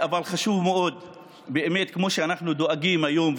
אבל חשוב מאוד באמת: כמו שאנחנו דואגים היום,